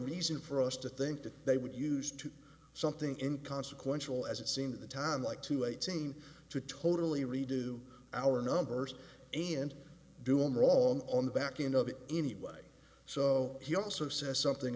reason for us to think that they would use to something in consequential as it seemed at the time like two eight seem to totally redo our numbers and doing wrong on the back end of it anyway so he also says something